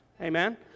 Amen